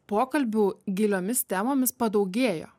pokalbių giliomis temomis padaugėjo